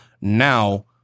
Now